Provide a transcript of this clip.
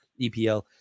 EPL